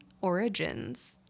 origins